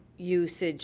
usage